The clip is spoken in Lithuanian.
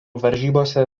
varžybose